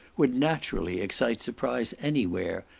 would naturally excite surprise any where,